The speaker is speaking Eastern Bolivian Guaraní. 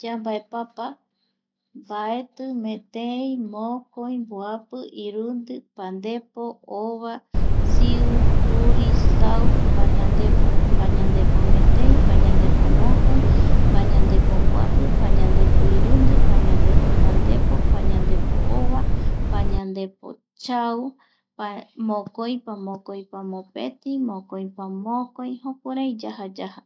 Yambaepapa vae s mbaeti metei, mokoi, mboapi, irundi, pandepo, ova siu juri sau pañandepo, pañandepo metei, pañandepo mokoi, pañandepo mboapi pañandepo irundi, pañandepo pandepo, pañandepo pañanadepo ova pañandepo chau, mokoipa metei, mokoipa mokoi jukurai yaja yaja